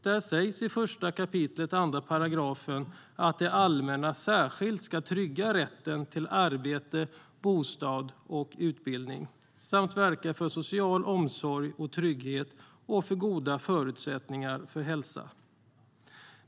Där sägs i 1 kap. 2 § att det allmänna särskilt ska trygga rätten till arbete, bostad och utbildning samt verka för social omsorg och trygghet och för goda förutsättningar för hälsa.